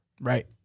Right